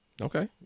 Okay